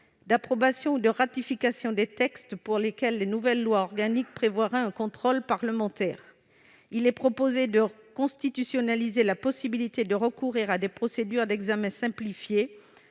d'approbation ou de ratification des textes pour lesquels les nouvelles lois organiques prévoiraient un contrôle parlementaire. Il est proposé de constitutionnaliser la possibilité de recourir à des procédures d'examen simplifié,